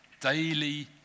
Daily